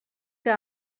que